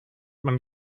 man